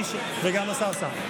וגם השר סער .